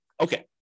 Okay